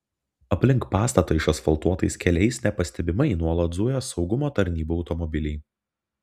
aplink pastatą išasfaltuotais keliais nepastebimai nuolat zuja saugumo tarnybų automobiliai